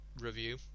review